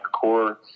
core